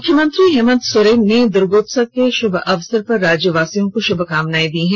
मुख्यमंत्री हेमन्त सोरेन ने दुर्गोत्सव के शुभ अवसर पर राज्यवासियों को शुभकामनाएं दी है